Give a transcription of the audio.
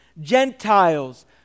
Gentiles